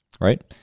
right